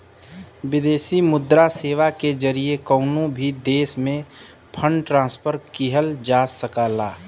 विदेशी मुद्रा सेवा के जरिए कउनो भी देश में फंड ट्रांसफर किहल जा सकला